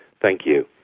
thank you.